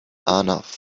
arnav